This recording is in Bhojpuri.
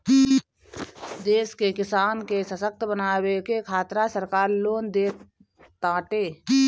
देश के किसान के ससक्त बनावे के खातिरा सरकार लोन देताटे